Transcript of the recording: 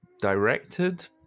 directed